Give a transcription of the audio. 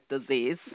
disease